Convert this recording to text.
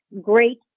great